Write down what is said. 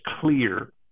clear